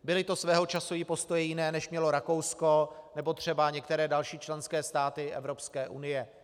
Byly to svého času i postoje jiné, než mělo Rakousko nebo třeba některé další členské státy Evropské unie.